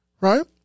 right